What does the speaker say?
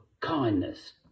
kindness